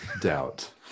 doubt